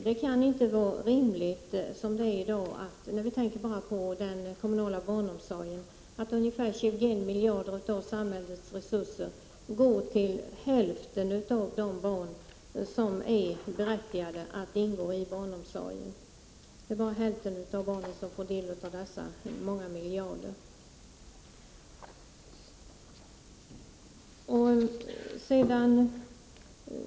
Om vi ser på den kommunala barnomsorgen, kan det inte vara rimligt att ungefär att 21 miljarder av samhällets resurser går till hälften av de barn som är berättigade att omfattas av barnomsorgen. Det är bara hälften av barnen som får del av dessa många miljarder.